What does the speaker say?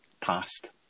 past